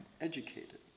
educated